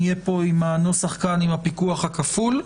נהיה עם הנוסח של הפיקוח הכפול,